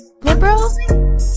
liberal